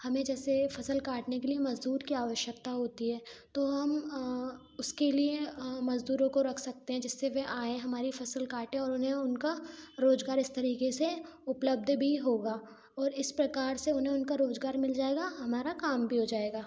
हमें जैसे फसल काटने के लिए मजदूर की आवश्यकता होती है तो हम अ उसके लिए अ मजदूरों को रख सकते हैं जिससे वे आएँ हमारी फसल काटें और उन्हें उनका रोजगार इस तरीके से उपलब्ध भी होगा और इस प्रकार से उन्हें उनका रोजगार मिल जाएगा हमारा काम भी हो जाएगा